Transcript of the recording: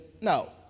no